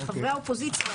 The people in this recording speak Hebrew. וחברי האופוזיציה,